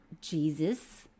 jesus